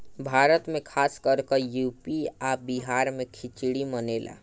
भारत मे खासकर यू.पी आ बिहार मे खिचरी मानेला